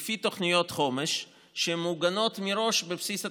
לפי תוכניות חומש שמעוגנות מראש בבסיס התקציב.